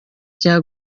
cya